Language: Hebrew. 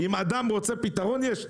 אם אדם רוצה פתרון יש.